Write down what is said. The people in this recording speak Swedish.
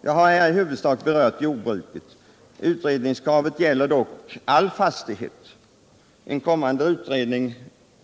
Jag har här i huvudsak berört jordbruket. Utredningskravet gäller dock allt fastighetsinnehav. En kommande utredning